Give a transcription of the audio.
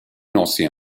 lancer